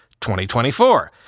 2024